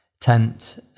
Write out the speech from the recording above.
tent